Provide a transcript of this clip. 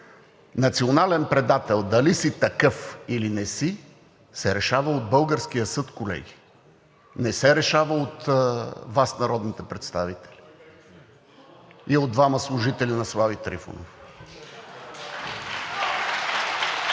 Национален предатeл – дали си такъв, или не си, се решава от българския съд, колеги, не се решава от Вас народните представители. И от двама служители на Слави Трифонов.